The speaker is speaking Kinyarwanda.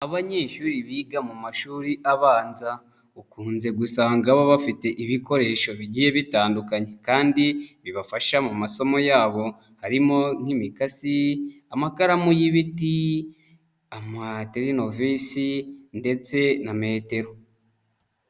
Abanyeshuri biga mu mashuri abanza ukunze gusanga baba bafite ibikoresho bigiye bitandukanye kandi bibafasha mu masomo yabo harimo nk'imikasi, amakaramu y'ibiti, amaterinovisi ndetse na metero.